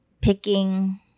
picking